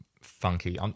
funky